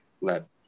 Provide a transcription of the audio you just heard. let